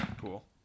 cool